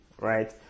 right